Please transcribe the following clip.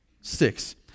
six